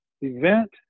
event